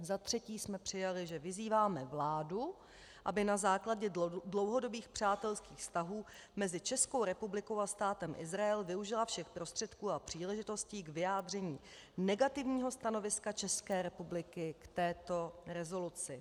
Za třetí jsme přijali, že vyzýváme vládu, aby na základě dlouhodobých přátelských vztahů mezi Českou republikou a Státem Izrael využila všech prostředků a příležitostí k vyjádření negativního stanoviska České republiky k této rezoluci.